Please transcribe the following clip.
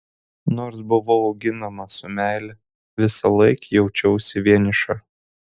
nors buvau auginama su meile visąlaik jaučiausi vieniša